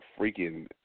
freaking